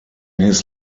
his